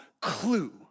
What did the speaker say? clue